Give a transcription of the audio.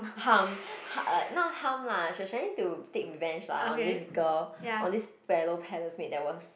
harm h~ uh not harm lah she was trying to take revenge lah on this girl on this fellow palace mate that was